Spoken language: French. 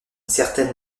certaine